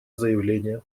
заявления